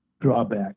drawback